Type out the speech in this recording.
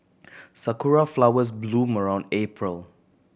sakura flowers bloom around April